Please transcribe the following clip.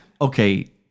Okay